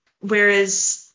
whereas